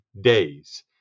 days